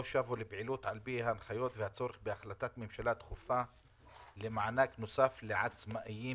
לא שבו לפעילות בהתאם להוראות והצורך במענק נוסף לעצמאים,